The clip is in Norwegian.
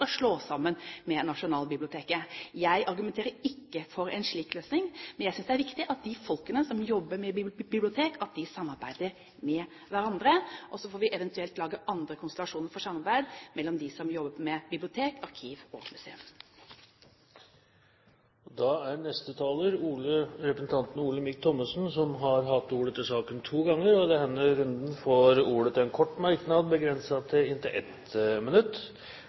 skal slås sammen med Nasjonalbiblioteket. Jeg argumenterer ikke for en slik løsning, men jeg synes det er viktig at de folkene som jobber med bibliotek, samarbeider med hverandre. Så får vi eventuelt lage andre konstellasjoner for samarbeid mellom dem som jobber med arkiv, bibliotek og museum. Olemic Thommessen har hatt ordet to ganger tidligere i debatten og får ordet til en kort merknad, begrenset til 1 minutt.